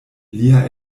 lia